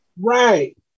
Right